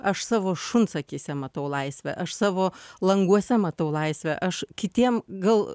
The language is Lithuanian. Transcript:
aš savo šuns akyse matau laisvę aš savo languose matau laisvę aš kitiem gal